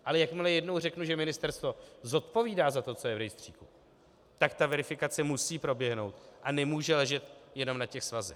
Ale jakmile jednou řeknu, že ministerstvo zodpovídá za to, co je v rejstříku, tak ta verifikace musí proběhnout a nemůže ležet jenom na těch svazech.